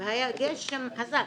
והיה גשם חזק.